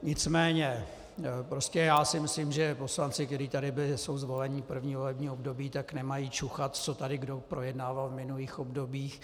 Nicméně prostě si myslím, že poslanci, kteří tady byli, jsou zvoleni první volební období, tak nemají čuchat, co tady kdo projednával v minulých obdobích.